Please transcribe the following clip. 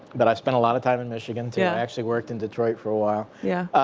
but i spent a lot of time in michigan too. yeah i actually worked in detroit for a while. yeah.